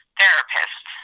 therapist